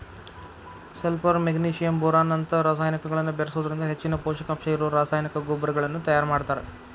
sulphur magnesium boron ನಂತ ರಸಾಯನಿಕಗಳನ್ನ ಬೇರಿಸೋದ್ರಿಂದ ಹೆಚ್ಚಿನ ಪೂಷಕಾಂಶ ಇರೋ ರಾಸಾಯನಿಕ ಗೊಬ್ಬರಗಳನ್ನ ತಯಾರ್ ಮಾಡ್ತಾರ